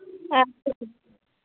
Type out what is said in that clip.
اسا بِہِوۍ